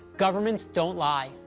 governments don't lie.